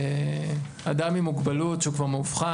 אדם עם מוגבלות שהוא כבר מאובחן,